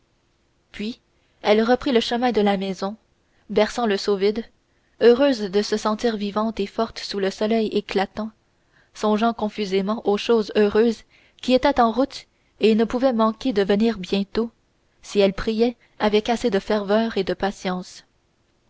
puis elle reprit le chemin de la maison balançant le seau vide heureuse de se sentir vivante et forte sous le soleil éclatant songeant confusément aux choses heureuses qui étaient en route et ne pouvaient manquer de venir bientôt si elle priait avec assez de ferveur et de patience